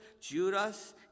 Judas